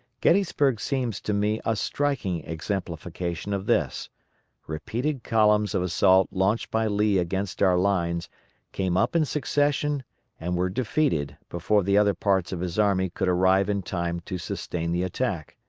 gettysburg seems to me a striking exemplification of this repeated columns of assault launched by lee against our lines came up in succession and were defeated before the other parts of his army could arrive in time to sustain the attack.